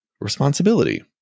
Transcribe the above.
Responsibility